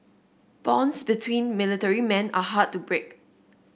bonds between military men are hard to break